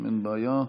אין בעיה.